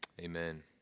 amen